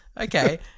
Okay